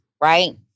right